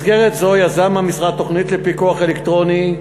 במסגרת זו יזם המשרד תוכנית לפיקוח אלקטרוני,